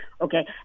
Okay